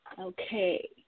Okay